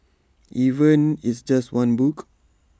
even it's just one book